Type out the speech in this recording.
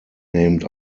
named